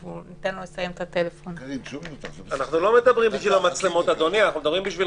התוכנית "שירים כבקשתך" הסתיימה לרגע זה ואנחנו נעבור עכשיו